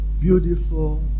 beautiful